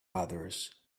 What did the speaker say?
others